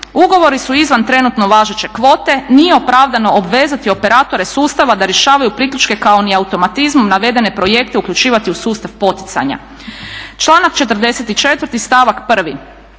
Ugovori su izvan trenutno važeće kvote, nije opravdano obvezati operatore sustava da rješavaju priključke kao ni automatizmom navedene projekte uključivati u sustav poticanja. Članak 44. stavak 1.